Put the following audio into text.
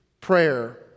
Prayer